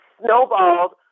snowballed